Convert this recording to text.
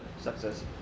success